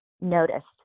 noticed